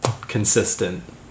consistent